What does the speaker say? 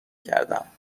کردم